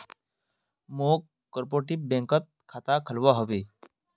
मौक कॉपरेटिव बैंकत खाता खोलवा हबे